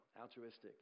Altruistic